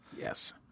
Yes